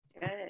good